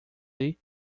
lhe